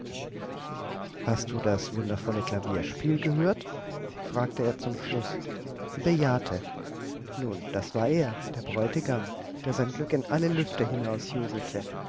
hast du das wundervolle klavierspiel gehört fragte er zum schluß sie bejahte nun das war er der bräutigam der sein glück in alle lüfte